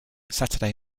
saturday